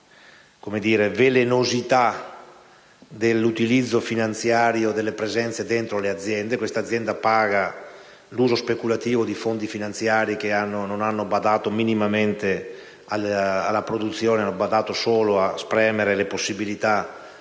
sulla velenosità dell'utilizzo finanziario delle presenze dentro le aziende. Quest'azienda paga l'uso speculativo di fondi finanziari che non hanno badato minimamente alla produzione, ma hanno badato solo a spremere le possibilità